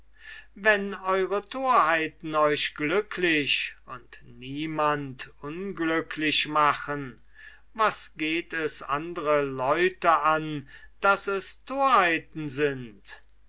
wenn eure torheiten euch glücklich und niemand unglücklich machen was geht es andre leute an daß es torheiten sind